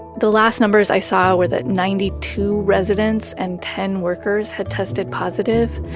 the last numbers i saw were that ninety two residents and ten workers had tested positive.